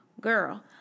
Girl